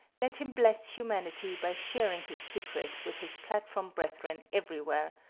let him bless humanity by sharing his secret with his platform brethren everywhere,